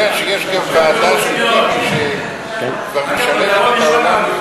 אדוני יודע שיש גם ועדה שגם משלמת בעולם,